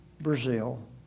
Brazil